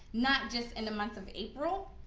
not just in the month of april.